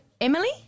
Emily